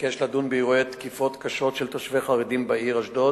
ביקש לדון באירועי תקיפות קשות של תושבים חרדים בעיר אשדוד